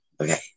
Okay